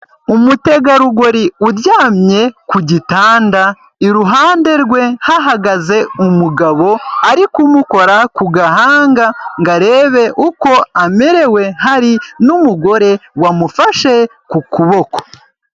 Umutegarugori uryamye ku gitanda, iruhande rwe hahagaze umugabo, ari kumukora ku gahanga ngo arebe uko amerewe, hari n'umugore wamufashe ku kuboko.